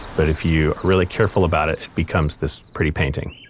but if you are really careful about it, it becomes this pretty painting